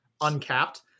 uncapped